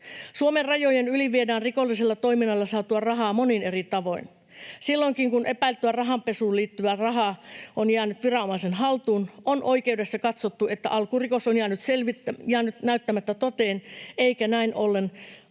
Suomen rajojen yli viedään rikollisella toiminnalla saatua rahaa monin eri tavoin. Silloinkin kun epäiltyä rahanpesuun liittyvää rahaa on jäänyt viranomaisen haltuun, on oikeudessa katsottu, että alkurikos on jäänyt näyttämättä toteen, eikä näin ollen rahanpesusta